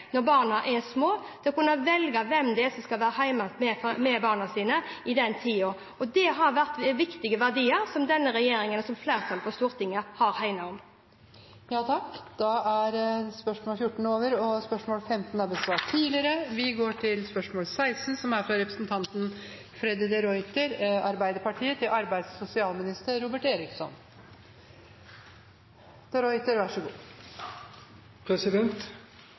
når barna er små, til å kunne velge hvem det er som skal være hjemme med barna i den tida. Det har vært viktige verdier som denne regjeringen og flertallet på Stortinget har hegnet om. Spørsmål 15 er besvart tidligere. Vi går til spørsmål 16. «4. november var jeg med Fellesforbundet, avdeling 9, og så på byggearbeidet med ny politistasjon i Arendal. Jeg var vitne til